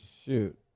Shoot